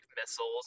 missiles